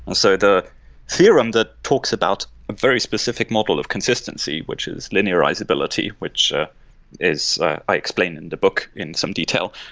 ah so the theorem that talks about a very specific model of consistency, which is linearizability, which ah ah i explained in the book in some detail.